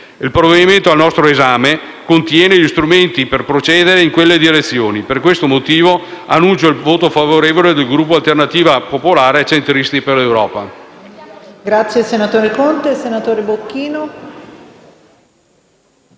Il provvedimento al nostro esame contiene gli strumenti per procedere in quelle direzioni. Per questo motivo, annuncio il voto favorevole del Gruppo Alternativa popolare-Centristi per l'Europa.